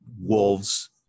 Wolves